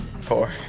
Four